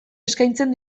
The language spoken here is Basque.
eskaintzen